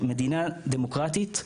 שמדינה דמוקרטית,